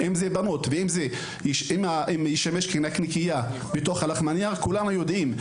אם זה בנות ואם זה ישמש כנקניקיה בתוך הלחמנייה כולנו יודעים.